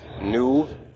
new